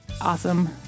awesome